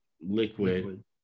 liquid